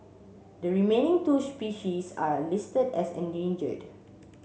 the remaining two species are listed as endangered